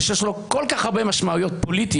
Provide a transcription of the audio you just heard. ושיש לו כל כך הרבה משמעויות פוליטיות,